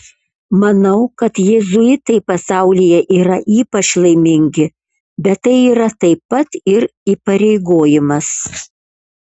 manau kad jėzuitai pasaulyje yra ypač laimingi bet tai yra taip pat ir įpareigojimas